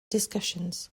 discussions